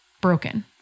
broken